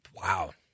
Wow